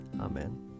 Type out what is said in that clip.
Amen